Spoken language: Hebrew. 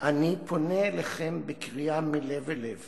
"אני פונה אליכם בקריאה מלב אל לב